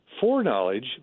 Foreknowledge